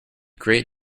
great